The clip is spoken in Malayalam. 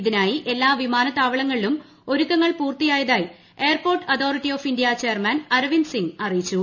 ഇതിനായി എല്ലാ വിമാനത്താവളങ്ങളിലും ഒരുക്കങ്ങൾ പൂർത്തിയായതായി airport authority of India chairman Arvind Singh അറിയിച്ചു